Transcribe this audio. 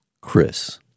Chris